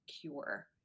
cure